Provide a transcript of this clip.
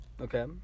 Okay